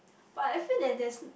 but I feel that there's